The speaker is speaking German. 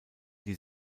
die